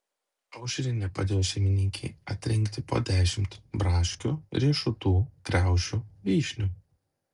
aušrinė padėjo šeimininkei atrinkti po dešimt braškių riešutų kriaušių vyšnių